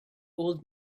old